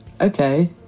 okay